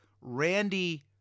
Randy